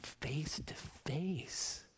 face-to-face